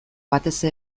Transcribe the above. batez